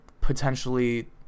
potentially